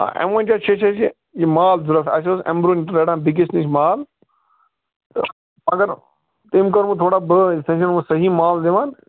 آ وُنکٮ۪س چھِ اَسہِ یہِ مال ضروٗرت اَسہِ اوس اَمہِ برٛونٛٹھ رَٹان بیٚیِس نِش مال تہٕ مگر تٔمۍ کوٚروٕ تھوڑا بٲز سُہ چھُنہٕ وۅنۍ صحیح مال دِوان